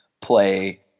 play